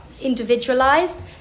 individualized